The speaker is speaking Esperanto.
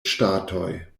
ŝtatoj